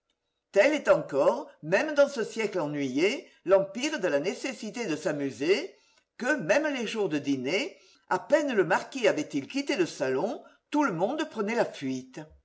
tel est encore même dans ce siècle ennuyé l'empire de la nécessité de s'amuser que même les jours de dîners à peine le marquis avait-il quitté le salon tout le monde prenait la fuite